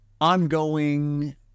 ongoing